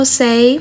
say